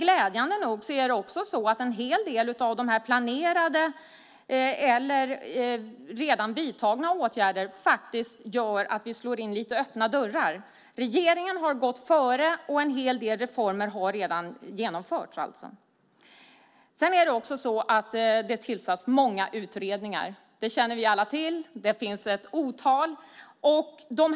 Glädjande nog gör en hel del av planerade eller redan vidtagna åtgärder att vi slår in öppna dörrar. Regeringen har gått före, och en hel del reformer har genomförts. Det har också tillsatts många utredningar. Det känner vi alla till - det finns ett otal.